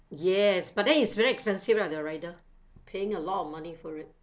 yes but then it's very expensive lah the rider paying a lot of money for it